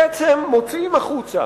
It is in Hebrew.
בעצם מוציאים החוצה,